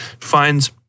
finds